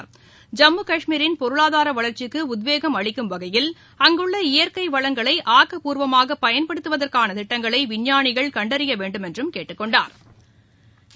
ஐம்மு கஷ்மீரின் பொருளாதாரவளர்ச்சிக்குஉத்வேகம் வகையில் அங்குள்ள அளிக்கும் இயற்கைவளங்களைஆக்கப்பூர்வமாகபயன்படுத்துவதற்கானதிட்டங்களைவிஞ்ஞானிகள் கண்டறியவேண்டுமென்றகேட்டுக் கொண்டாா்